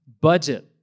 budget